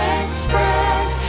express